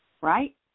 right